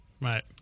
Right